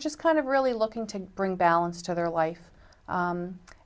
just kind of really looking to bring balance to their life